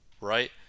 right